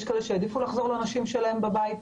יש כאלה שהעדיפו לחזור לנשים שלהם בבית.